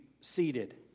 seated